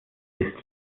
ist